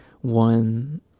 One